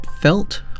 felt